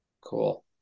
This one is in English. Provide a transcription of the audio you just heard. Cool